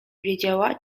wiedziała